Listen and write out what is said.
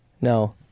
No